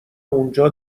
اونجا